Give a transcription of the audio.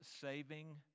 saving